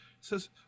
says